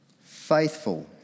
Faithful